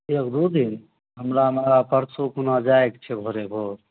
एक दू दिन हमरा ने परसु खुना जाइके छै भोरे भोर